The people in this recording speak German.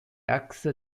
achse